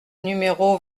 numéro